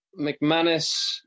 McManus